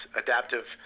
adaptive